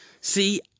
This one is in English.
See